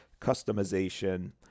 customization